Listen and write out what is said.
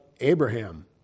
Abraham